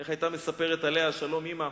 איך היתה מספרת, עליה השלום אמא?